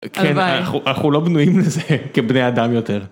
כן, אנחנו, אנחנו לא בנויים לזה כבני אדם יותר.